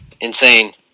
insane